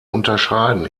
unterscheiden